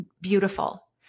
beautiful